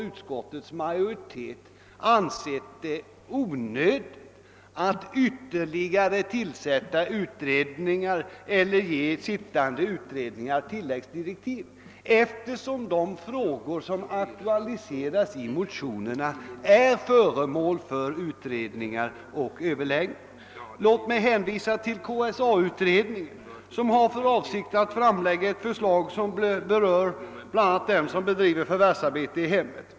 Utskottets majoritet har därför ansett det onödigt att tillsätta ytterligare utredningar eller ge sittande utredningar tilläggsdirektiv. Låt mig hänvisa till att KSA-utredningen har för avsikt att framlägga ett förslag som berör bl.a. dem som bedriver förvärvsarbete i hemmet.